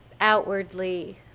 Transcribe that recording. outwardly